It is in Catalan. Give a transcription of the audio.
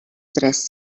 tres